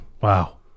Wow